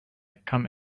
come